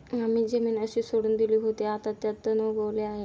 आम्ही जमीन अशीच सोडून दिली होती, आता त्यात तण उगवले आहे